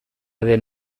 den